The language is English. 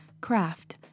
craft